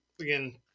again –